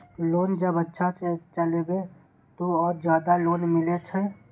Loan जब अच्छा से चलेबे तो और ज्यादा लोन मिले छै?